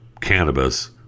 cannabis